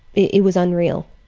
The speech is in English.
it it was unreal.